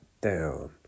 down